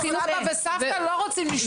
לא, גם סבא וסבתא לא רוצים לשמור.